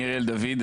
אני אריאל דוד,